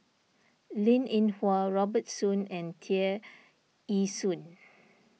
Linn in Hua Robert Soon and Tear Ee Soon